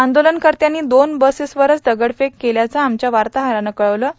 आंदोलनकर्त्यांनी दोन बसेसवर दगडफेक केल्यांचं आमच्या वार्ताहरानं कळवलं आहे